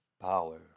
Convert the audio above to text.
power